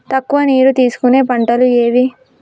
తక్కువ నీరు తీసుకునే పంటలు ఏవి?